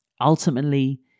Ultimately